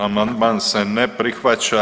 Amandman se ne prihvaća.